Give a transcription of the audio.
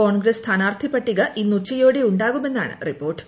കോൺഗ്രസ് സ്ഥാനാർത്ഥി പട്ടിക ഇന്ന് ഉച്ചയോടെ ഉണ്ടാകുമെന്നാണ് റിപ്പോർട്ട്